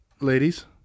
ladies